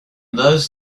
those